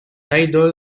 idol